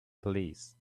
police